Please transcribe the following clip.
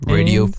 Radio